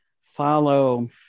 follow